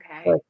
Okay